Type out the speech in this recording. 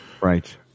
right